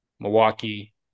Milwaukee